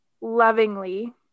lovingly